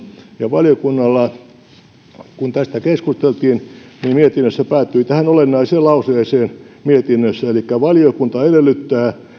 ja kun valiokunnassa tästä keskusteltiin niin päädyttiin tähän olennaiseen lauseeseen mietinnössä elikkä valiokunta edellyttää